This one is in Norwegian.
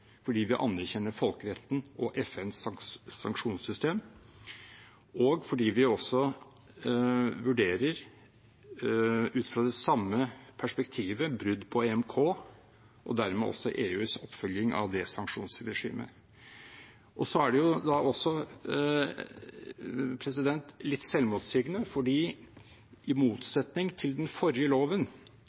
fordi vi anerkjenner folkeretten og FNs sanksjonssystem, og fordi vi også vurderer – ut fra det samme perspektivet – brudd på Den europeiske menneskerettskonvensjon og dermed også EUs oppfølging av det sanksjonsregimet. Det er også litt selvmotsigende, for i motsetning til den forrige loven,